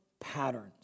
patterns